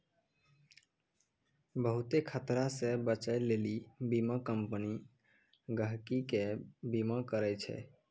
बहुते खतरा से बचै लेली बीमा कम्पनी गहकि के बीमा करै छै